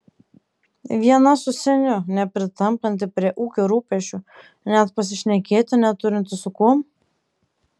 viena su seniu nepritampanti prie ūkio rūpesčių net pasišnekėti neturinti su kuom